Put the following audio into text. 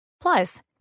Plus